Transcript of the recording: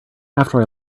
after